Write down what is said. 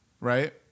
Right